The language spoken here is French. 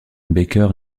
baker